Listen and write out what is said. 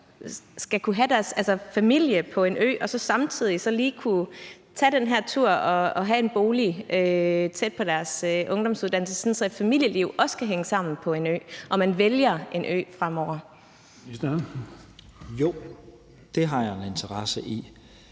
skal kunne have deres familie på en ø og samtidig lige kunne tage den her tur og have en bolig tæt på deres ungdomsuddannelse, sådan at et familieliv også kan hænge sammen på en ø og sådan, at man vælger at bo på en ø fremover?